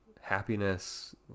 happiness